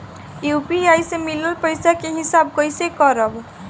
UPI से मिलल पईसा के हिसाब कइसे करब?